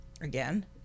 Again